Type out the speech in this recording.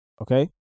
Okay